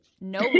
No